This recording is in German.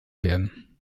werden